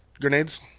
grenades